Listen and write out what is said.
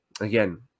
again